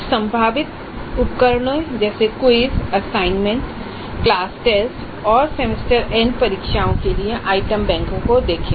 कुछ संभावित मूल्यांकन उपकरणों जैसे क्विज़ असाइनमेंट क्लास टेस्ट और सेमेस्टर एंड परीक्षाओं के लिए आइटम बैंकों को देखें